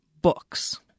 books